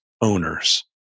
owners